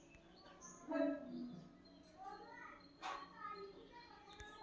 ಜಾನುವಾರುಗಳನ್ನ ಕಲಂ ಕಟ್ಟುದ್ರಿಂದ ಹೊಸ ತಳಿಗಳನ್ನ ಸಂತಾನೋತ್ಪತ್ತಿ ಮಾಡಾಕ ಸಹಾಯ ಆಕ್ಕೆತಿ